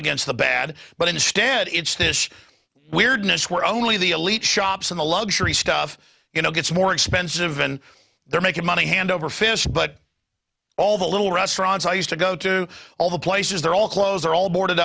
against the bad but instead it's this weirdness where only the elite shops in the luxury stuff you know gets more expensive and they're making money hand over fist but all the little restaurants i used to go to all the places they're all close are all boarded